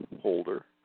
holder